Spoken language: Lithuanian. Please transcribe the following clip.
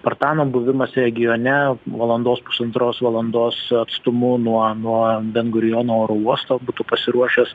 spartano buvimas regione valandos pusantros valandos atstumu nuo nuo bengurijono oro uosto būtų pasiruošęs